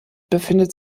befindet